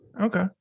Okay